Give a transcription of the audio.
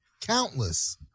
Countless